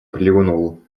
плюнул